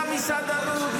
גם מסעדנות,